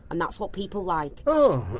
and that's what people like. oh!